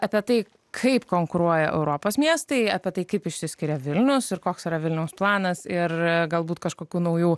apie tai kaip konkuruoja europos miestai apie tai kaip išsiskiria vilnius ir koks yra vilniaus planas ir galbūt kažkokių naujų